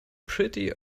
pretty